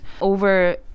Over